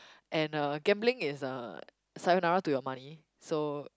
and uh gambling is a sayonara to your money so